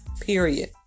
period